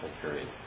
period